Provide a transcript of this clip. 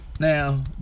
Now